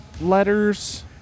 letters